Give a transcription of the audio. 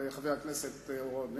חבר הכנסת אורון.